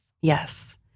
Yes